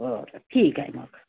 बरं ठीक आहे मग